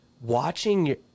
Watching –